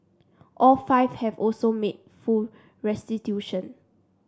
all five have also made full restitution